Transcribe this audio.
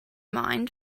mind